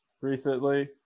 recently